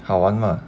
好玩吗